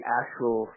actual